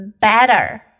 better